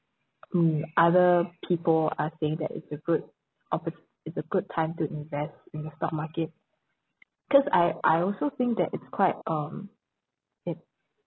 mm other people are saying that it's a good oppo~ it's a good time to invest in the stock market cause I I also think that it's quite um it's